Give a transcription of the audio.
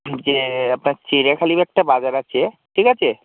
যে আপনার চিড়িয়াখালিরও একটা বাজার আছে ঠিক আছে